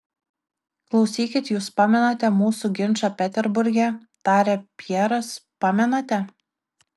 klausykit jus pamenate mūsų ginčą peterburge tarė pjeras pamenate